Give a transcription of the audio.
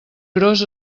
gros